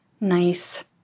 nice